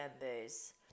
members